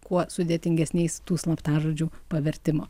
kuo sudėtingesniais tų slaptažodžių pavertimo